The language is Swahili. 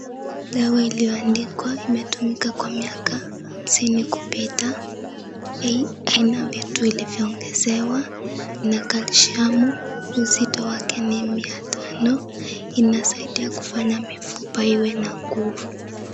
Dawa iliyoandikwa imetumika kwa miaka hamsini kupita. Hii haina vitu vilivyoongezewa Ina calcium . Uzito wake ni 500g. Inasaidia kufanya mifupa iwe na nguvu.